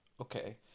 Okay